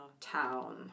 town